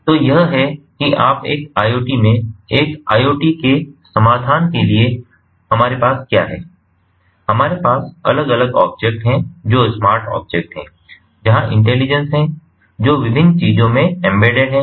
तो यह है कि आप एक IoT में एक IoT के समाधान के लिए हमारे पास क्या हैं हमारे पास अलग अलग ऑब्जेक्ट हैं जो स्मार्ट ऑब्जेक्ट हैं जहां इंटेलिजेंस है जो विभिन्न चीजों में एम्बेडेड हैं